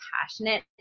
passionate